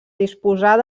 disposar